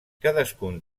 cadascun